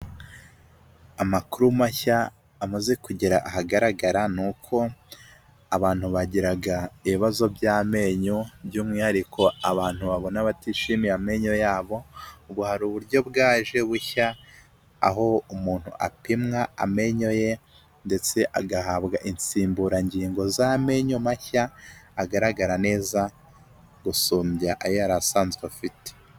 Amakuru mashya amaze kugera ahagaragara n'uko abantu bagiraga ibibazo by'amenyo by'umwihariko abantu babona batishimiye amenyo yabo ,ubu hari uburyo bwaje bushya aho umuntu apimwa amenyo ye ndetse agahabwa insimburangingo z'amenyo mashya agaragara neza gusumbya aya asanzwe afite.